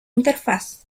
interfaz